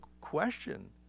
question